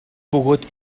бөгөөд